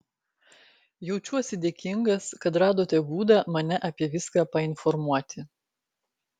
jaučiuosi dėkingas kad radote būdą mane apie viską painformuoti